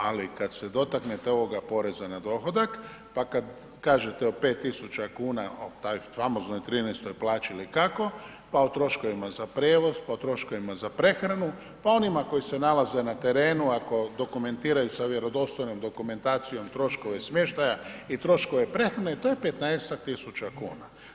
Ali kad se dotaknete ovoga poreza na dohodak pa kad kažete o 5.000 kuna o toj famoznoj 13 plaći ili kako, pa o troškovima za prijevoz, pa o troškovima za prehranu, pa onima koji se nalaze na terenu ako dokumentiraju sa vjerodostojnom dokumentacijom troškove smještaja i troškove prehrane, to je 15-tak tisuća kuna.